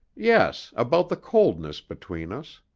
yes, about the coldness between us.